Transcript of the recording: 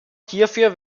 hierfür